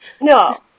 no